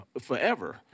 forever